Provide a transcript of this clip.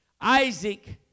Isaac